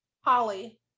Holly